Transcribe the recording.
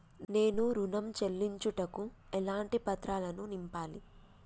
నేను ఋణం చెల్లించుటకు ఎలాంటి పత్రాలను నింపాలి?